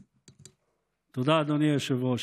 תודה, אדוני היושב-ראש.